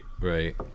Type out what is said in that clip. Right